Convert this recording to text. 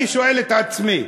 אני שואל את עצמי: